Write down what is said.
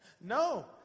No